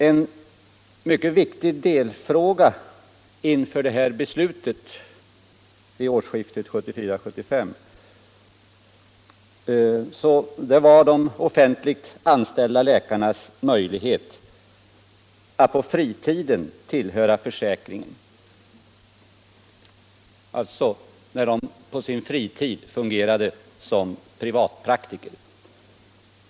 En mycket viktig delfråga inför beslutet vid årsskiftet 1974-1975 var de offentligt anställda läkarnas möjlighet att på fritiden tillhöra försäkringen — alltså när de på sin fritid fungerade som privatpraktiker.